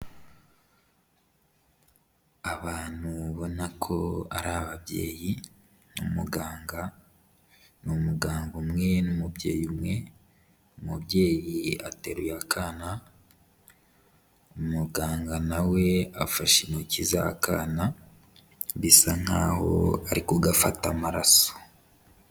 Abantu ubona ko ari ababyeyi n'umuganga, ni umuganga umwe n'umubyeyi umwe, umubyeyi ateruye akana umuganga nawe afashe intoki z'akana bisa nkaho ari kugafata amaraso.